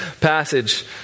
passage